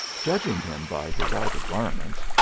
judging him by his outer garments,